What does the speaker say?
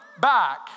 back